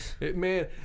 Man